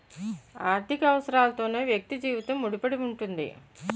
ఆర్థిక అవసరాలతోనే వ్యక్తి జీవితం ముడిపడి ఉంటుంది